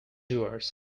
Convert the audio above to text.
doers